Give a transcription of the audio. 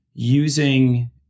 Using